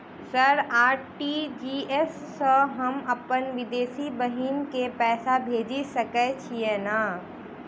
Sir RTGS सँ हम अप्पन विदेशी बहिन केँ पैसा भेजि सकै छियै की नै?